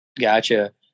Gotcha